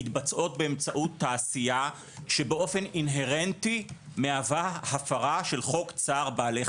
אבל עדיין התוצאות נבדקות בסוף, עם ההגעה לנמל.